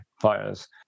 fires